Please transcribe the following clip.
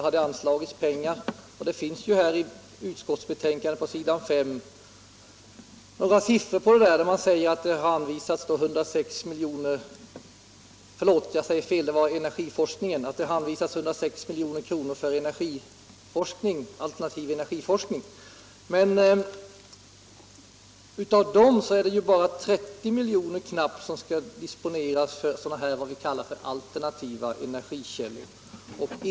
På s. 5 i betänkandet finns några siffror som bl.a. talar om att riksdagen anvisat 106 milj.kr. för alternativ energiforskning. Men därav är det bara 30 milj.kr. som skall disponeras för alternativa energikällor.